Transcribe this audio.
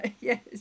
yes